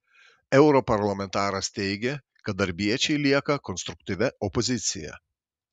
europarlamentaras teigė kad darbiečiai lieka konstruktyvia opozicija